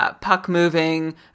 puck-moving